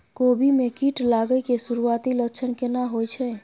कोबी में कीट लागय के सुरूआती लक्षण केना होय छै